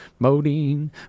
Modine